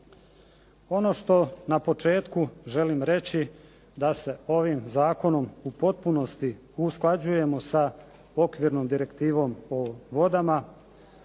Ono što na početku želim reći da se ovim zakonom u potpunosti usklađujemo sa okvirnom direktivom o vodama